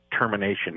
termination